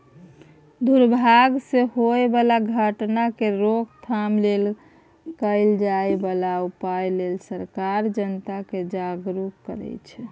दुर्भाग सँ होए बला घटना केर रोकथाम लेल कएल जाए बला उपाए लेल सरकार जनता केँ जागरुक करै छै